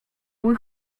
mój